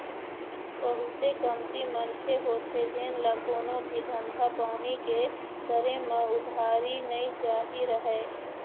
बहुते कमती मनखे होथे जेन ल कोनो भी धंधा पानी के करे म उधारी नइ चाही रहय